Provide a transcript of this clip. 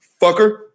fucker